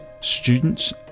students